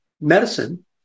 medicine